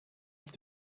have